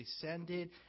descended